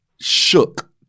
shook